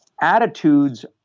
Attitudes